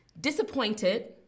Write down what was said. Disappointed